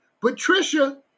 Patricia